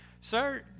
Sir